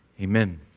Amen